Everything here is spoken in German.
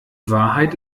wahrheit